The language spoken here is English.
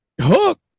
Hook